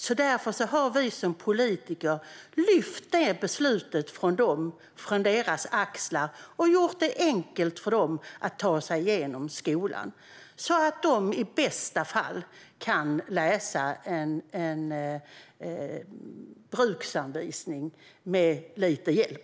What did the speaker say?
Och därför har vi som politiker lyft det beslutet från deras axlar och gjort det enkelt för dem att ta sig igenom skolan. Då kan de i bästa fall läsa en bruksanvisning, med lite hjälp.